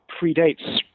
predates